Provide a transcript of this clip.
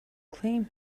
claim